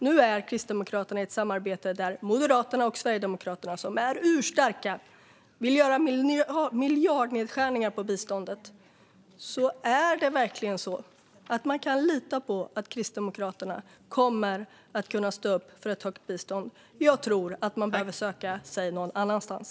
Nu är Kristdemokraterna i ett samarbete där Moderaterna och Sverigedemokraterna, som är urstarka, vill göra miljardnedskärningar på biståndet. Kan man alltså verkligen lita på att Kristdemokraterna kommer att kunna stå upp för ett högt bistånd? Jag tror att man behöver söka sig någon annanstans.